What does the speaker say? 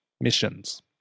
missions